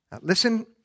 Listen